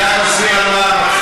אני רק מסביר על מה מצביעים.